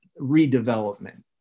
redevelopment